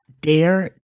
Dare